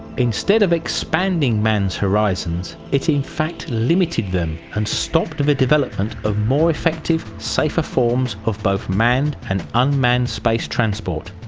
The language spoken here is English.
instead of expanding man's horizons it in fact limited them and stopped the development of more effective safer forms of both manned and unmanned space transport,